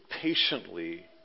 patiently